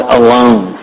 alone